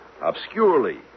Obscurely